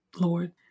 Lord